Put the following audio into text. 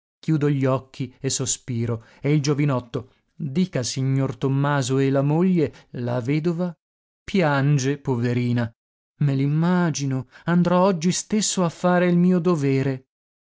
chiudo gli occhi e sospiro e il giovinotto dica signor tommaso e la moglie la vedova piange poverina me l'immagino andrò oggi stesso a fare il mio dovere